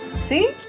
See